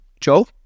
Joe